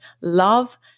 love